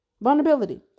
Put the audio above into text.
Vulnerability